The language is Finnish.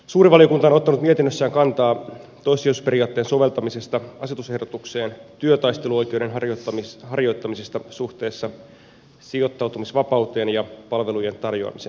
suuri valiokunta on ottanut mietinnössään kantaa toissijaisuusperiaatteen soveltamiseen asetusehdotukseen työtaisteluoikeuden harjoittamisesta suhteessa sijoittautumisvapauteen ja palvelujen tarjoamisen vapauteen